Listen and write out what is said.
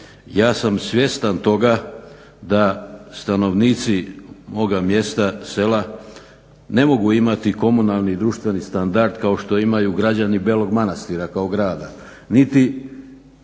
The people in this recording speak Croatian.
Ja sam svjestan toga da stanovnici moga mjesta, sela, ne mogu imati komunalni društveni standard kao što imaju građani Belog Manastira kao grada